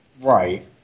Right